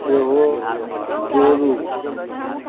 सेहो जोड़ू